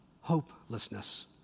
hopelessness